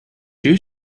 two